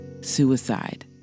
suicide